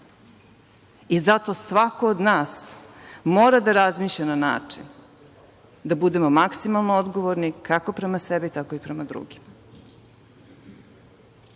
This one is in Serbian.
Zato svako od nas, mora da razmišlja na način da budemo maksimalno odgovorni, kako prema sebi, tako i prema drugima. Ovo